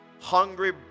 hungry